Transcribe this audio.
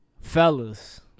fellas